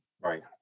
Right